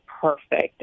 perfect